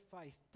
faith